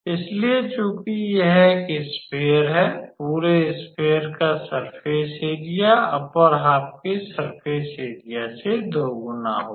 इसलिए चूंकि यह एक स्फेयर है पूरे स्फेयर का सर्फ़ेस एरिया अपर हाफ के सर्फ़ेस एरिया से दोगुना होगा